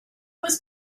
was